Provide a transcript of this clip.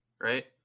Right